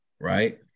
right